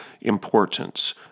importance